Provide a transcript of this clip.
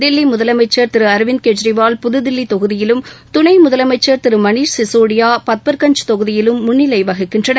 தில்லி முதலமைச்சர் திரு அரவிந்த் கெஜ்ரிவால் புதுதில்லி தொகுதியிலும் துணை முதலமைச்சர் திரு மணீஷ் சிசோடியா பத்பர்கஞ்ச் தொகுதியிலும் முன்னிலை வகிக்கின்றனர்